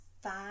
five